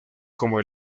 como